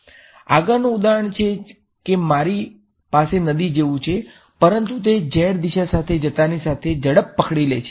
આગળનું ઉદાહરણ છે કે મારી પાસે નદી જેવું છે પરંતુ તે z દિશા સાથે જતાની સાથે ઝડપ પકડી લે છે